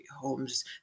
homes